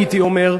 הייתי אומר,